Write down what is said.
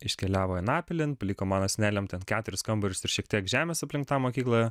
iškeliavo anapilin paliko mano seneliam ten keturis kambarius ir šiek tiek žemės aplink tą mokyklą